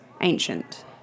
ancient